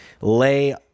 lay